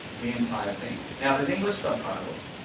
the entire thing. now there's english subtitles,